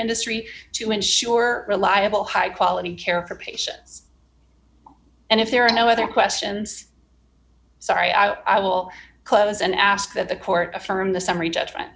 industry to ensure reliable high quality care for patients and if there are no other questions sorry i will close and ask that the court affirm the summary judgment